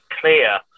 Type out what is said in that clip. clear